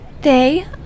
They